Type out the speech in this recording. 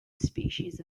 species